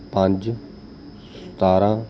ਪੰਜ ਸਤਾਰਾਂ